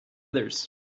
others